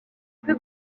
peu